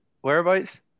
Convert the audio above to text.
whereabouts